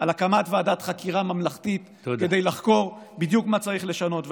על הקמת ועדת חקירה ממלכתית כדי לחקור בדיוק מה צריך לשנות.